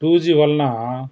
two G వలన